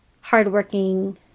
hardworking